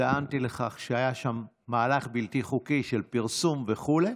וטענתי לכך שהיה שם מהלך בלתי חוקי של פרסום וכו',